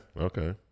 Okay